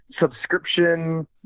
subscription